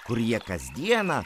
kurie kasdieną